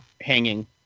hanging